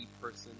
person